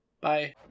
Bye